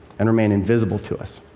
and remain invisible to us.